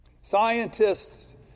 Scientists